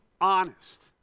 honest